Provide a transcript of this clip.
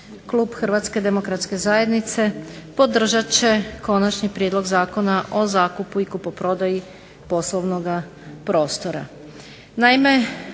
Klub HDZ-a podržat će Konačni prijedlog Zakona o zakupu i kupoprodaji poslovnoga prostora.